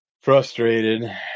frustrated